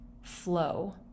flow